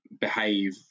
behave